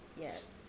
Yes